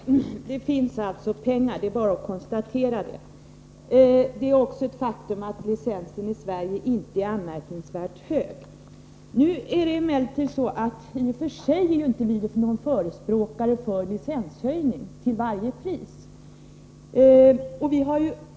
Herr talman! Det finns alltså pengar. Det är bara att konstatera den saken. Vidare är det ett faktum att licensavgiften i Sverige inte är anmärkningsvärt hög. I och för sig är vi inte förespråkare för en licenshöjning till varje pris.